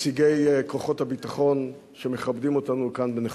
נציגי כוחות הביטחון שמכבדים אותנו כאן בנוכחותם,